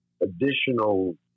additional